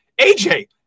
AJ